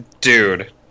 Dude